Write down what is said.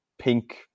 pink